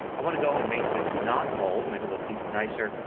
i want to go and make this not bold to make it look even nicer.